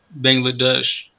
Bangladesh